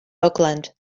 oakland